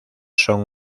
son